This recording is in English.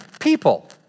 people